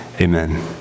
Amen